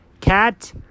Cat